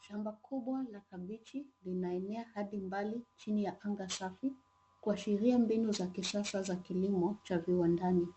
Shamba kubwa la kabichi linaenea hadi mbali, chini ya anga safi, kuashiria mbinu za kisasa za kilimo cha viwandani.